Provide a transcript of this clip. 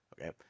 Okay